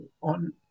on